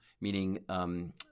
meaning –